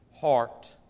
heart